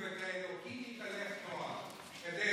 ובכל מקרה לא יאוחר מהשעה 16:00. תודה,